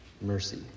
mercy